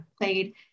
played